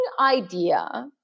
idea